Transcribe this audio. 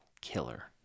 killer